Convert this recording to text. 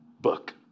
book